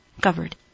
covered